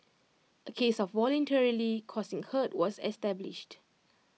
A case of voluntarily causing hurt was established